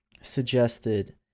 suggested